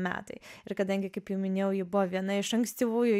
metai ir kadangi kaip jau minėjau ji buvo viena iš ankstyvųjų